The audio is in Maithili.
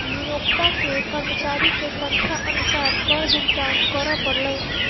नियोक्ता के कर्मचारी के संख्या अनुसार कर भुगतान करअ पड़लैन